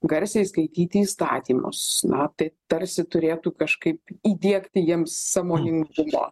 garsiai skaityti įstatymus na tai tarsi turėtų kažkaip įdiegti jiems sąmoningumo